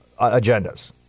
agendas